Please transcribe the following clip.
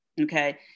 okay